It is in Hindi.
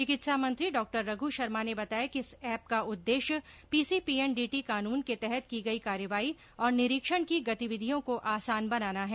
चिकित्सा मंत्री डॉ रघु शर्मा ने बताया कि इस एप का उद्देश्य पीसीपीएनडीटी कानून के तहत की गई कार्रवाई और निरीक्षण की गतिविधियों को आसान बनाना है